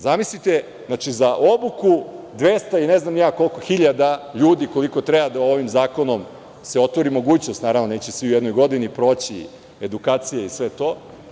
Zamislite, znači za obuku 200 i ne znam koliko hiljada ljudi, koliko treba ovim zakonom da se otvori mogućnost, naravno neće svi u jednoj godini proći edukacije i sve to.